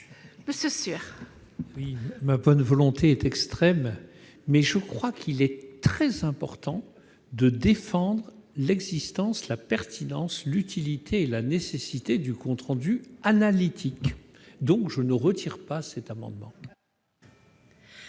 5 est-il maintenu ? Ma bonne volonté est extrême, mais je crois très important de défendre l'existence, la pertinence, l'utilité et la nécessité du compte rendu analytique. Par conséquent, je ne retire pas cet amendement.